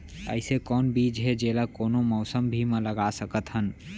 अइसे कौन बीज हे, जेला कोनो मौसम भी मा लगा सकत हन?